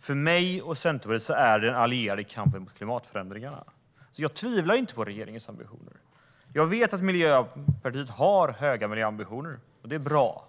För mig och Centerpartiet är det viktigaste den gemensamma kampen mot klimatförändringarna. Jag tvivlar inte på regeringens ambitioner. Jag vet att Miljöpartiet har höga miljöambitioner, och det är bra.